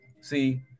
See